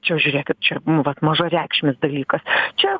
čia žiūrėk kaip čia vat mažareikšmis dalykas čia